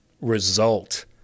result